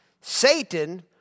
Satan